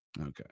Okay